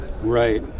Right